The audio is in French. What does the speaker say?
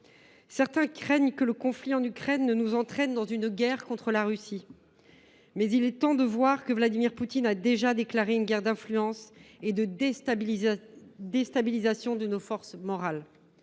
Certains craignent que le conflit en Ukraine ne nous entraîne dans une guerre contre la Russie. Mais il est temps de voir que Vladimir Poutine a déjà déclaré une guerre d’influence et de déstabilisation de nos forces morales.